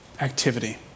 activity